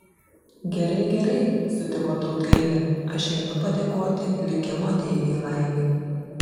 gerai gerai sutiko tautgailė aš einu padėkoti likimo deivei laimai